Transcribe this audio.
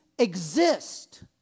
exist